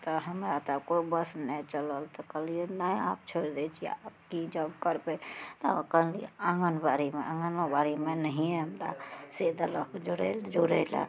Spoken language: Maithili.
तऽ हमरा तऽ आब कोइ वश नहि चलल तऽ कहलियै नहि आब छोड़ि दै छियै आब की जॉब करबइ तऽ आब कहलियै आँगन बाड़ीमे आँगनो बाड़ीमे नहिये हमरा से देलक जोड़य जोड़य लए